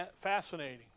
fascinating